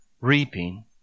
reaping